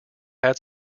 had